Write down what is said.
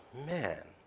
man,